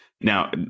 now